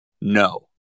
no